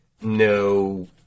no